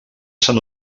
sant